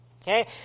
Okay